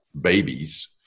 babies